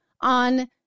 on